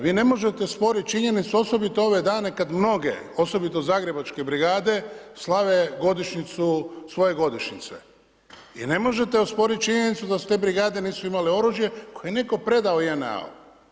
Vi ne možete sporiti činjenicu, osobito ove dane kada mnoge, osobito zagrebačke brigade svoje svoje godišnjice i ne možete osporiti činjenicu da te brigade nisu imale oružje koje je netko predao JNA-u.